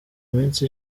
minsi